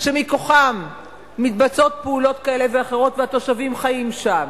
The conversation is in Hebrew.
שמכוחם מתבצעות פעולות כאלו ואחרות והתושבים חיים שם.